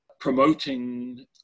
Promoting